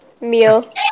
meal